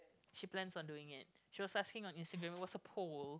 she plans on doing it she was asking on Instagram it was a poll